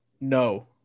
No